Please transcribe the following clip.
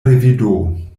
revido